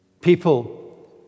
people